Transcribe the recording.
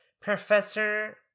Professor